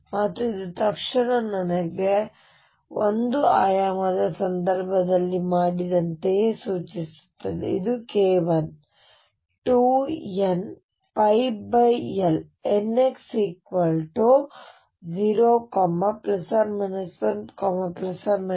ಮತ್ತು ಇದು ತಕ್ಷಣ ನಾನು ಒಂದು ಆಯಾಮದ ಸಂದರ್ಭದಲ್ಲಿ ಮಾಡಿದಂತೆಯೇ ಸೂಚಿಸುತ್ತದೆ ಇದು k1 2 n ಈಗ ಅದನ್ನು nx ಎಂದು ಕರೆಯೋಣ L